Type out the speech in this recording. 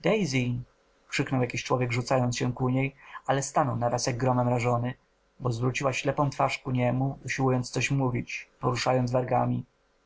krzyknął jakiś człowiek rzucając się ku niej ale stanął naraz jak gromem rażony bo zwróciła ślepą twarz ku niemu usiłując coś mówić poruszając wargami